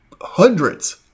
hundreds